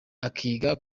akiga